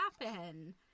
happen